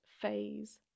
phase